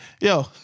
Yo